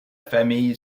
famille